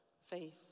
Faith